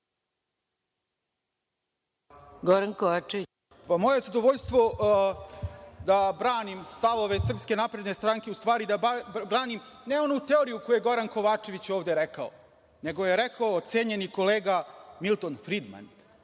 **Goran Kovačević** Moje zadovoljstvo da branim stavove SNS, u stvari da branim, ne onu teoriju koju je Goran Kovačević ovde rekao, nego je rekao – cenjeni kolega Milton Fridman.